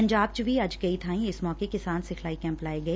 ਪੰਜਾਬ ਚ ਵੀ ਅੱਜ ਕਈ ਬਾਈ ਇਸ ਮੌਕੇ ਕਿਸਾਨ ਸਿਖਲਾਈ ਕੈਂਪ ਲਾਏ ਗਏ